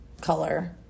color